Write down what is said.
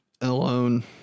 alone